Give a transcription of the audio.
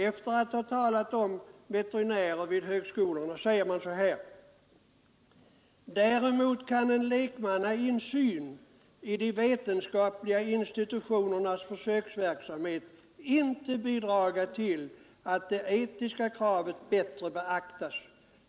Efter att ha talat om veterinärer vid högskolorna säger förbundet så här: ”Däremot kan en lekmannainsyn i de vetenskapliga institutionernas försöksverksamhet inte bidraga till att det etiska kravet bättre beaktas.